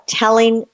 telling